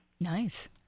Nice